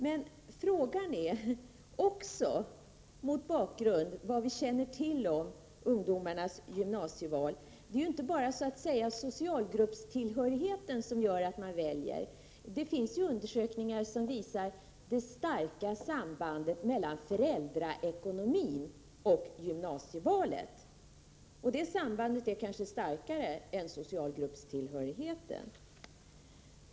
Men det finns undersökningar om ungdomars gymnasieval som visar ett starkt samband mellan föräldraekonomin och gymnasievalet. Det sambandet är kanske starkare än socialgruppstillhörigheten.